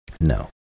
No